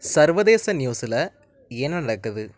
சர்வதேச நியூஸில் என்ன நடக்குது